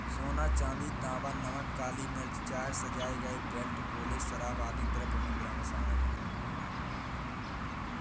सोना, चांदी, तांबा, नमक, काली मिर्च, चाय, सजाए गए बेल्ट, गोले, शराब, आदि द्रव्य मुद्रा में शामिल हैं